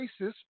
racist